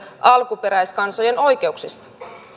alkuperäiskansojen oikeuksista